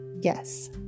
Yes